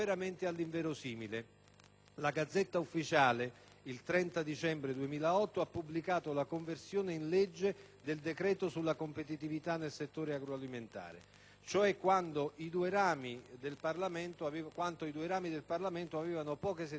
la *Gazzetta Ufficiale*, il 30 dicembre 2008, ha pubblicato la conversione in legge del decreto sulla competitività nel settore agroalimentare: cioè quanto i due rami del Parlamento aveva pochi giorni prima approvato.